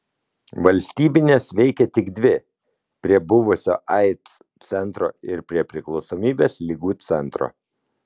valstybinės veikė tik dvi prie buvusio aids centro ir prie priklausomybės ligų centro